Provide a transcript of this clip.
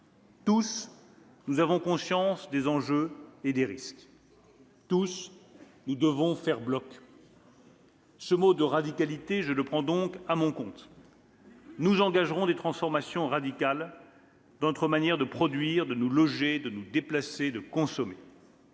Tous, nous avons conscience des enjeux et des risques. Tous, nous devons faire bloc. « Je prends donc à mon compte ce mot de " radicalité ". Nous engagerons des transformations radicales dans notre manière de produire, de nous loger, de nous déplacer, de consommer.